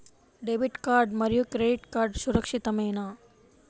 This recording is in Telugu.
డెబిట్ కార్డ్ మరియు క్రెడిట్ కార్డ్ సురక్షితమేనా?